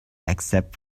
except